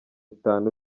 itanu